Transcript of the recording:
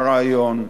הרעיון.